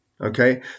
okay